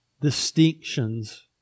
distinctions